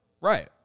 Right